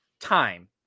Time